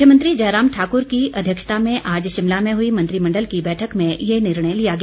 मुख्यमंत्री जयराम ठाकुर की अध्यक्षता में आज शिमला में हुई मंत्रिमंडल की बैठक में ये निर्णय लिया गया